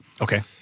Okay